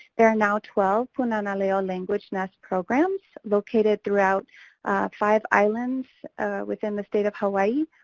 there are now twelve punana leo language math programs located throughout five islands within the state of hawaii.